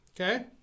okay